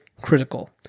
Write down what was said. critical